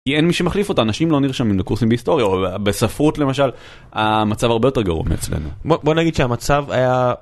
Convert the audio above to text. אין מי שמחליף אותה אנשים לא נרשמים בקורסים בהיסטוריה או בספרות למשל המצב הרבה יותר גרוע מאצלנו, בו נגיד שהמצב היה.